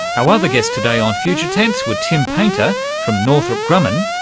our other guests today on future tense were tim paynter from northrop grumman,